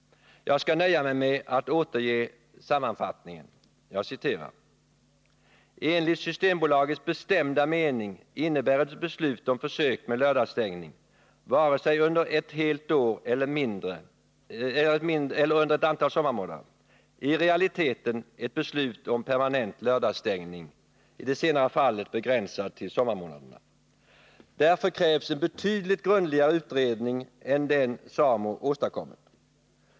Jag skall nöja mig med att återge sammanfattningen: ”Enligt Systembolagets bestämda mening innebär ett beslut om försök med lördagsstängning, vare sig under ett helt år eller under ett antal sommarmånader, i realiteten ett beslut om permanent lördagsstängning, i det senare fallet begränsad till sommarmånaderna. Därför krävs en betydligt grundligare utredning än den SAMO åstadkommit.